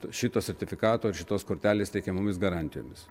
šito sertifikato ir šitos kortelės teikiamomis garantijomis